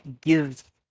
give